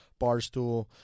barstool